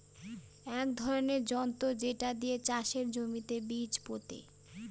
এক ধরনের যন্ত্র যেটা দিয়ে চাষের জমিতে বীজ পোতে